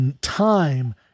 time